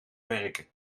werken